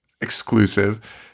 exclusive